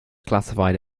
classified